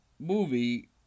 Movie